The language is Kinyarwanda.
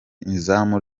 izamu